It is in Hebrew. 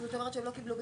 יובל, בבקשה.